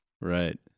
Right